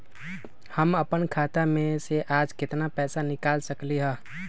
हम अपन खाता में से आज केतना पैसा निकाल सकलि ह?